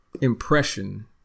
impression